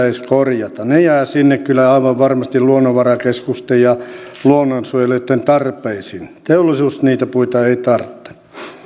edes korjata ne jäävät sinne kyllä aivan varmasti luonnonvarakeskusten ja luonnonsuojelijoitten tarpeisiin teollisuus niitä puita ei tarvitse